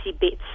bits